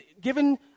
given